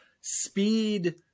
speed